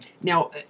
Now